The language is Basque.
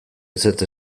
ezetz